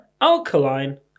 alkaline